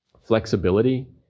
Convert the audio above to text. flexibility